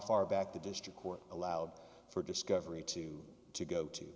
far back the district court allowed for discovery to to go to